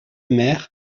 mer